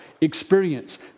experience